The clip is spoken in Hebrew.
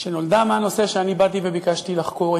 שנולדו מהנושא שביקשתי לחקור,